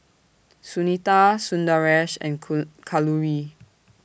Sunita Sundaresh and Cool Kalluri